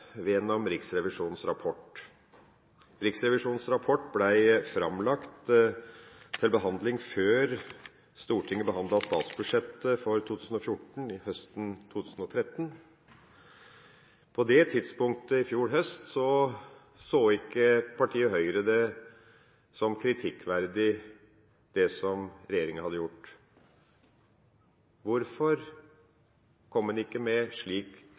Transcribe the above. gjennom Riksrevisjonens rapport. Riksrevisjonens rapport ble framlagt til behandling før Stortinget behandlet statsbudsjettet for 2014 høsten 2013. På det tidspunktet i fjor høst så ikke partiet Høyre det som kritikkverdig det regjeringa hadde gjort. Hvorfor kom en ikke med slik